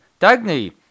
Dagny